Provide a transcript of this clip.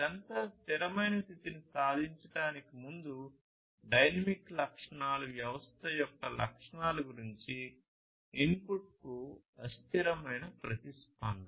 censor స్థిరమైన స్థితిని సాధించడానికి ముందు డైనమిక్ లక్షణాలు వ్యవస్థ యొక్క లక్షణాల గురించి ఇన్పుట్కు అస్థిరమైన ప్రతిస్పందన